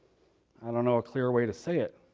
i don't know a clearer way to say it.